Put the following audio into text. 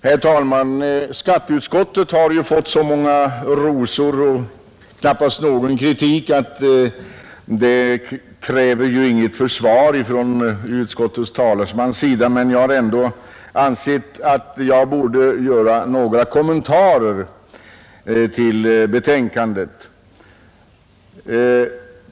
Herr talman! Skatteutskottet har fått så många rosor och knappast någon kritik att det inte krävs något försvar från utskottets talesmans sida. Men jag har ändå ansett att jag borde göra några kommentarer till betänkandet.